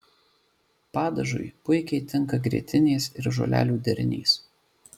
padažui puikiai tinka grietinės ir žolelių derinys